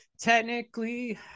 Technically